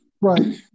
Right